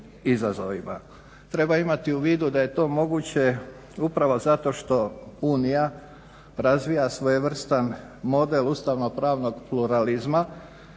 Treba imati u vidu da je to moguće upravo zato što Unija razvija svojevrstan model ustavno-pravnog pluralizma